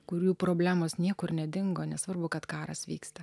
kurių problemos niekur nedingo nesvarbu kad karas vyksta